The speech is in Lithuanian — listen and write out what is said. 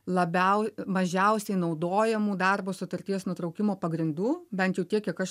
labiau mažiausiai naudojamų darbo sutarties nutraukimo pagrindų bent jau tiek kiek aš